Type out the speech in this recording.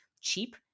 cheap